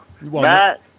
Matt